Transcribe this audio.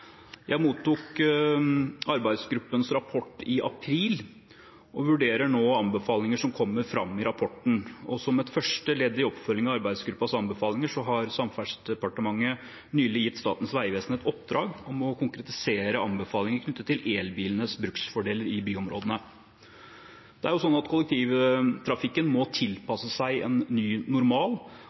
Jeg mottok arbeidsgruppens rapport i april og vurderer nå anbefalinger som kommer fram i rapporten. Som et første ledd i oppfølgingen av arbeidsgruppens anbefalinger har Samferdselsdepartementet nylig gitt Statens vegvesen et oppdrag om å konkretisere anbefalinger knyttet til elbilenes bruksfordeler i byområdene. Det er jo sånn at kollektivtrafikken må tilpasse seg en ny normal.